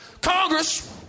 Congress